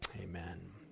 Amen